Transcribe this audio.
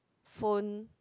phone